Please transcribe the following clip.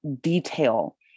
detail